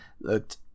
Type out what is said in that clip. looked